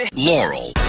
ah laurel